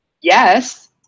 Yes